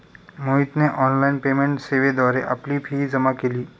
मोहितने online payment सेवेद्वारे आपली फी जमा केली